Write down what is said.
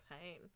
pain